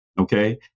okay